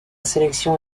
sélection